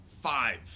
five